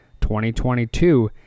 2022